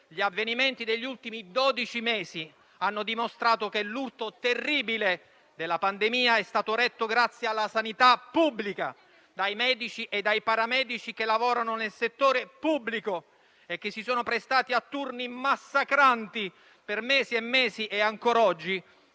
Gli avvenimenti degli ultimi dodici mesi hanno dimostrato che l'urto terribile della pandemia è stato retto grazie alla sanità pubblica, dai medici e dai paramedici che lavorano nel settore pubblico, che si sono prestati a turni massacranti per mesi e mesi e ancora oggi